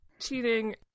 cheating